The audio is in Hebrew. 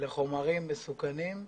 לחומרים מסוכנים.